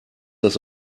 das